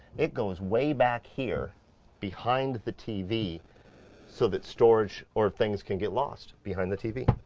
it goes way back here behind the tv so that storage or things can get lost behind the tv.